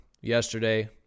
yesterday